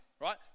right